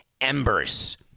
embers